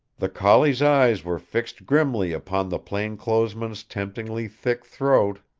the collie's eyes were fixed grimly upon the plainclothes man's temptingly thick throat.